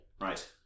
Right